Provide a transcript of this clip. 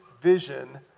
vision